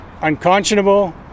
unconscionable